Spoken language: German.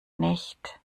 nicht